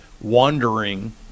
wandering